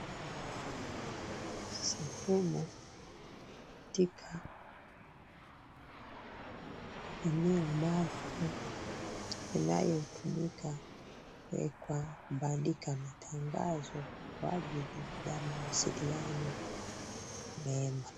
Sehemu katika eneo maalumu inayotumika kubandika matangazo kwa ajili ya mawasiliano mema.